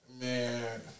Man